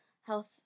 health